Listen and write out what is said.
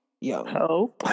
Yo